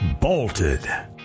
bolted